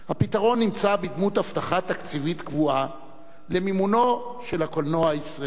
הפתרון נמצא בדמות הבטחה תקציבית קבועה למימונו של הקולנוע הישראלי.